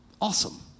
Awesome